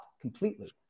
completely